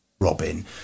robin